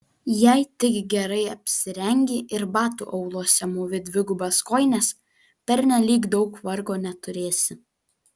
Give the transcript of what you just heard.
jei tik gerai apsirengi ir batų auluose mūvi dvigubas kojines pernelyg daug vargo neturėsi